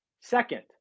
Second